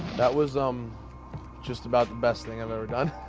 that was um just about the best thing and done.